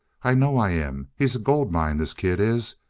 i know i am. he's a gold mine, this kid is.